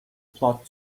plot